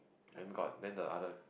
then got then the others